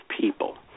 people